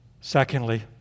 Secondly